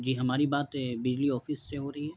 جی ہماری بات بجلی آفس سے ہو رہی ہے